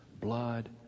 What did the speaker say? blood